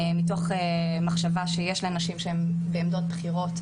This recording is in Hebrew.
מתוך מחשבה שיש לנשים שהן בעמדות בכירות